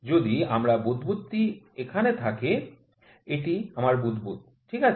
যদি আমার বুদ্বুদ টি এখানে থাকে এটি আমার বুদবুদ ঠিক আছে